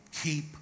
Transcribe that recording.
Keep